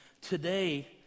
today